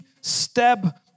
step